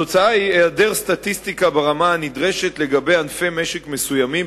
התוצאה היא העדר סטטיסטיקה ברמה הנדרשת לגבי ענפי משק מסוימים